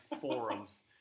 forums